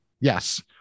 Yes